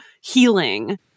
healing